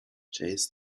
chase